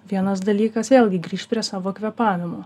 vienas dalykas vėlgi grįšt prie savo kvėpavimo